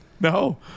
no